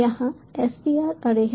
यहाँ str अरे है